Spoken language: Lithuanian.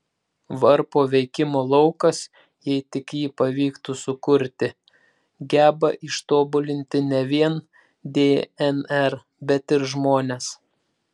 varpo veikimo laukas jei tik jį pavyktų sukurti geba ištobulinti ne vien dnr bet ir žmones